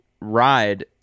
ride